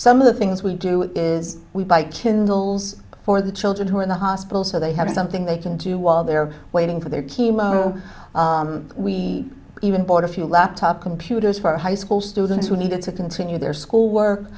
some of the things we do is we buy kindles for the children who are in the hospital so they have something they can do while they're waiting for their chemo we even bought a few laptop computers for high school students who needed to continue their schoolwork